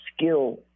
skill